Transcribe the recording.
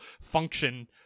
function